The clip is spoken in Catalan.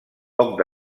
poc